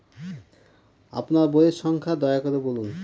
আপনার বইয়ের সংখ্যা দয়া করে বলুন?